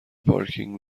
پارکینگ